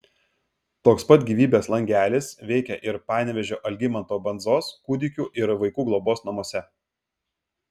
toks pat gyvybės langelis veikia ir panevėžio algimanto bandzos kūdikių ir vaikų globos namuose